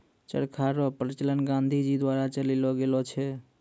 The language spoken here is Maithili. चरखा रो प्रचलन गाँधी जी द्वारा चलैलो गेलो छै